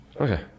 Okay